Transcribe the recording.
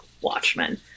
watchmen